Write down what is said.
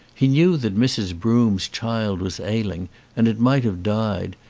he knew that mrs. broome's child was ailing and it might have died,